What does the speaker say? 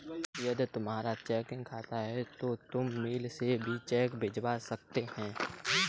यदि तुम्हारा चेकिंग खाता है तो तुम मेल से भी चेक भिजवा सकते हो